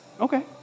Okay